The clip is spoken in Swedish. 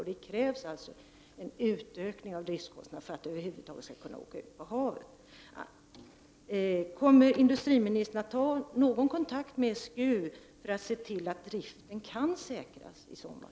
Det krävs alltså en utökning av driftsmedlen för att det över huvud taget skall kunna åka ut på havet. Kommer industriministern att ta någon kontakt med SGU för att se till att driften kan säkras i sommar?